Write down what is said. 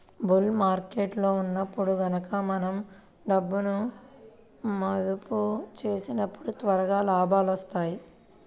bull మార్కెట్టులో ఉన్నప్పుడు గనక మనం డబ్బును మదుపు చేసినప్పుడు త్వరగా లాభాలొత్తాయి